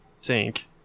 sink